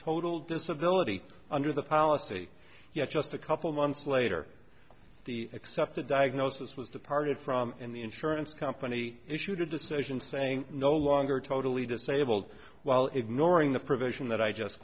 total disability under the policy yet just a couple months later the accepted diagnosis was departed from and the insurance company issued a decision saying no longer totally disabled while ignoring the provision that i just